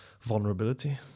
vulnerability